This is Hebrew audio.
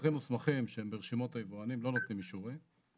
מוסכים מוסמכים שהם ברשימות היבואנים לא נותנים אישורים.